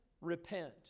repent